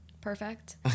perfect